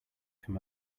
from